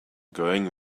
going